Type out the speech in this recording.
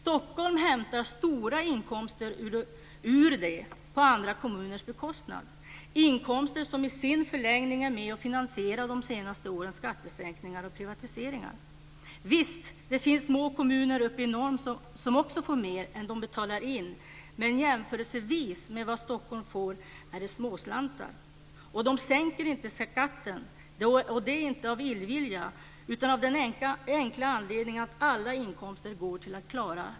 Stockholm hämtar stora inkomster ur detta på andra kommuners bekostnad, inkomster som i sin förlängning är med och finansierar de senaste årens skattesänkningar och privatiseringar. Visst finns det små kommuner uppe i norr som också får mer än de betalar in, men jämfört med vad Stockholm får är det småslantar.